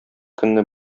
көнне